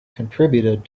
contributed